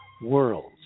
worlds